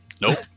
Nope